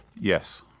Yes